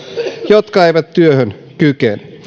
jotka eivät työhön kykene